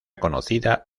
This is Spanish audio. conocida